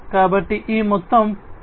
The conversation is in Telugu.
కాబట్టి ఈ మొత్తం ప్యాకేజింగ్ కొత్తది